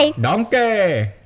Donkey